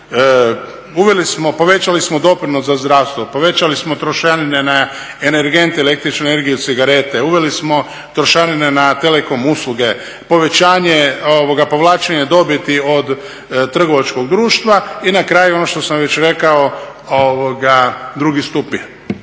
uveli smo, povećali smo doprinos za zdravstvo, povećali smo trošarine na energente, električnu energiju cigarete, uveli smo trošarine na telekom usluge, povlačenje dobiti od trgovačkog društva i na kraju ono što sam već rekao, drugi stup